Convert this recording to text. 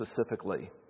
specifically